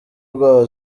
rwaba